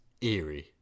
eerie